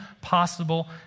possible